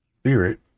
spirit